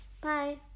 Bye